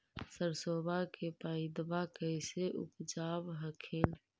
सरसोबा के पायदबा कैसे उपजाब हखिन?